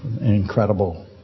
incredible